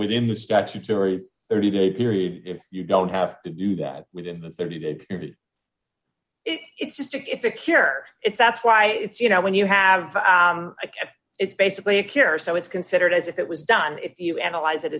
within the statutory thirty day period if you don't have to do that within the thirty day it's just it's a cure it's that's why it's you know when you have a cat it's basically a care so it's considered as if it was done if you analyze it